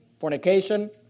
fornication